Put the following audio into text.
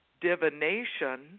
divination